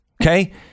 Okay